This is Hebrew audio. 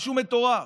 משהו מטורף.